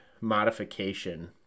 modification